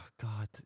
God